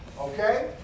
Okay